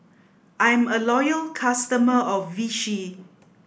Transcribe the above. I'm a loyal customer of Vichy